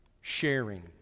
sharing